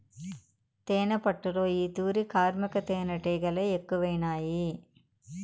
తేనెపట్టులో ఈ తూరి కార్మిక తేనీటిగలె ఎక్కువైనాయి